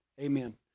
Amen